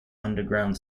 underground